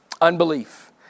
Unbelief